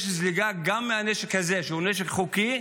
יש זליגה גם של הנשק הזה, שהוא נשק חוקי,